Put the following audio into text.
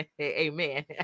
Amen